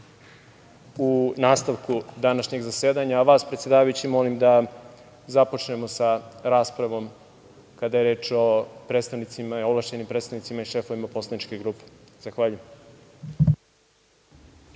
u nastavku današnjeg zasedanja, a vas predsedavajući molim da započnemo sa raspravom, kada je reč o ovlašćenim predstavnicima i šefovima poslaničkih grupa. Zahvaljujem.